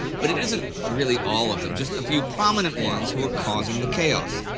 but it isn't really all of them just a few prominent ones who are causing the chaos,